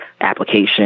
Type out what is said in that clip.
application